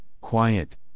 quiet